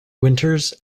winters